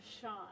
Sean